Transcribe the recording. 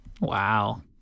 Wow